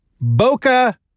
Boca